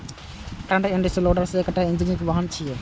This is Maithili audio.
फ्रंट एंड लोडर एकटा पैघ इंजीनियरिंग वाहन छियै